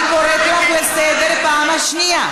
אני קוראת אותך לסדר בפעם הראשונה.